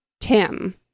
Tim